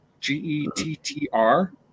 G-E-T-T-R